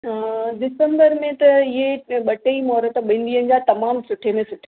डिसंबर में त इहे ॿ टे महूरतु ॿिनि ॾींहंनि जा तमामु सुठे में सुठा